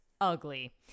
ugly